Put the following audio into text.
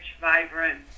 vibrant